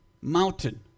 mountain